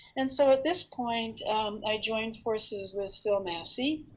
and so at this point i joined forces with phil massey,